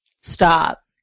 Stop